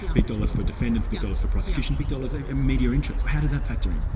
big dollars for defendants, big dollars for prosecution, big dollars and in media interest. how does that factor in?